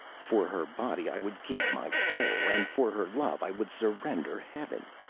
for her body i would give my soul, and for her love i would surrender heaven.